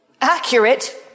accurate